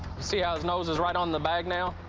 see how his nose is right on the bag now?